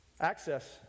Access